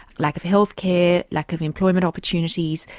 lack of health care, lack of employment opportunities,